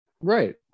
Right